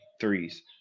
threes